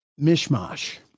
mishmash